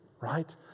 right